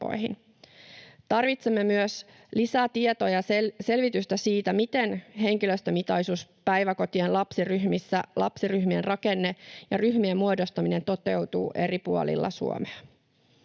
Tarvitsemme myös lisää tietoa ja selvitystä siitä, miten henkilöstömitoitus päiväkotien lapsiryhmissä, lapsiryhmien rakenne ja ryhmien muodostaminen toteutuvat eri puolilla Suomea.